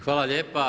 Hvala lijepa.